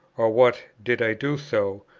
or what, did i do so,